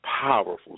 powerful